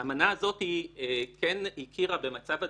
האמנה הזאת כן הכירה במצב הדברים,